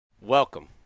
Welcome